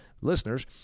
listeners